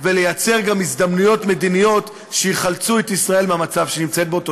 ולייצר גם הזדמנויות מדיניות שיחלצו את ישראל מהמצב שהיא נמצאת בו.